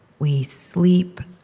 we sleep,